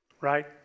right